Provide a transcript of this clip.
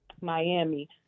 Miami